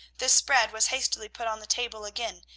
the spread was hastily put on the table again,